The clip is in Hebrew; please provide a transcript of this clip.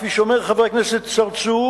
כפי שאומר חבר הכנסת צרצור,